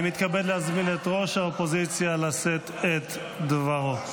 אני מתכבד להזמין את ראש האופוזיציה לשאת את דברו.